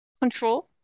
control